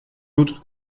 autres